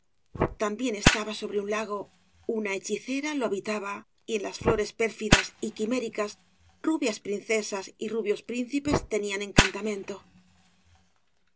también estaba sobre un lago una hechicera lo habitaba y en las flores pérfidas y quiméricas rubias princesas y rubios príncipes tenían encantamento